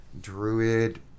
druid